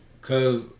Cause